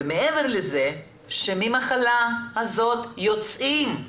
מעבר לזה שמהמחלה הזאת יוצאים.